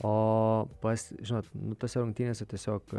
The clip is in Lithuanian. o pas žinot nu tose rungtynėse tiesiog